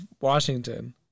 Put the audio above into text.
Washington